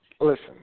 Listen